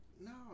no